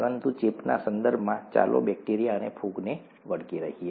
પરંતુ ચેપના સંદર્ભમાં ચાલો બેક્ટેરિયા અને ફૂગને વળગી રહીએ